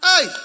Hey